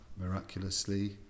miraculously